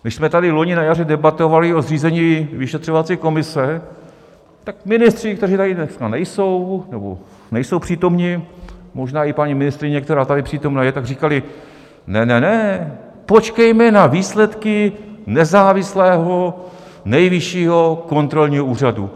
Když jsme tady loni na jaře debatovali o zřízení vyšetřovací komise, tak ministři, kteří tady dneska nejsou nebo nejsou přítomni, možná i paní ministryně, která tady přítomna je, tak říkali: Ne, ne, ne, počkejme na výsledky nezávislého Nejvyššího kontrolního úřadu.